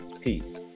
Peace